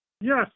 Yes